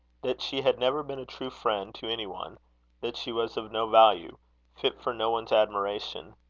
that she had never been a true friend to any one that she was of no value fit for no one's admiration,